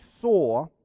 saw